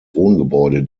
wohngebäude